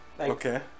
Okay